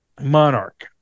monarch